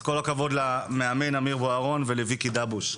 אז כל הכבוד למאמן אמיר בוארון ולויקי דבוש.